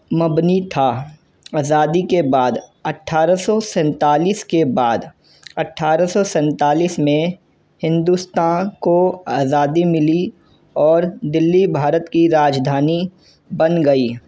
مبنی تھا آزادی کے بعد اٹھارہ سو سینتالیس کے بعد اٹھارہ سو سینتالیس میں ہندوستان کو آزادی ملی اور دلی بھارت کی راجدھانی بن گئی